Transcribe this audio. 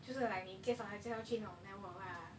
就是 like 介绍人家去那种 network lah